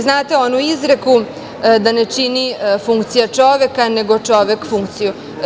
Znate onu izreku da ne čini funkcija čoveka, nego čovek funkciju.